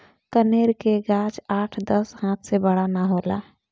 कनेर के गाछ आठ दस हाथ से बड़ ना होला